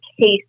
case